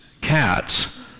cats